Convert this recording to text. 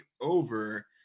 over